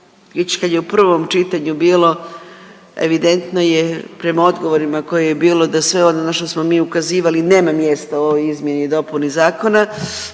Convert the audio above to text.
kad je u prvom čitanju bilo evidentno je prema odgovorima koje je bilo da sve ono na što smo mi ukazivali nema mjesta u ovoj izmjeni i dopuni zakona